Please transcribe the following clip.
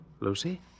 Lucy